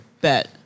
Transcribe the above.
Bet